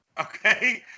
okay